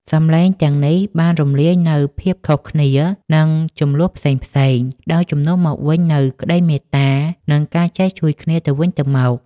សម្លេងទាំងនេះបានរំលាយនូវភាពខុសគ្នា និងជម្លោះផ្សេងៗ ដោយជំនួសមកវិញនូវក្តីមេត្តា និងការចេះជួយគ្នាទៅវិញទៅមក។